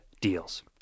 deals